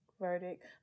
verdict